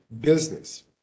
business